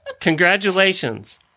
congratulations